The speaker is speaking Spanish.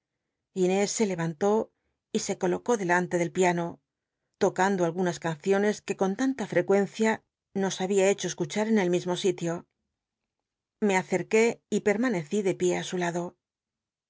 inés se levantó y se colocó delante del piano tocando algunas canciones que con tatlla frecuencia nos habia hecho escuchar en el mismo sitio me acerqué y permanecí de pié á su lado